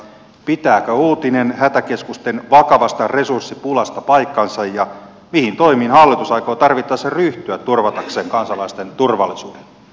pitääkö uutinen hätäkeskusten vakavasta resurssipulasta paikkansa ja mihin toimiin hallitus aikoo tarvittaessa ryhtyä turvatakseen kansalaisten turvallisuuden